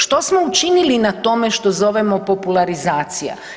Što smo učinili na tome što zovemo popularizacija?